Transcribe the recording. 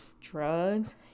drugs